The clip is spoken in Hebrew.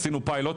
עשינו פיילוט,